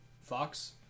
Fox